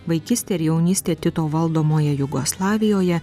vaikystę ir jaunystę tito valdomoje jugoslavijoje